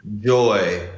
Joy